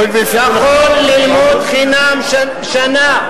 יכול ללמוד חינם שנה.